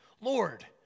Lord